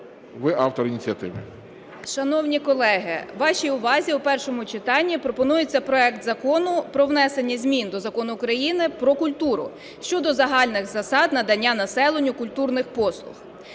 – автор ініціативи.